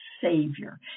Savior